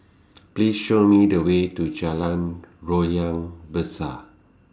Please Show Me The Way to Jalan Loyang Besar